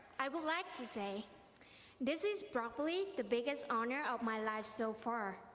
i would like to say this is probably the biggest honor of my life so far,